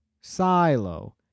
silo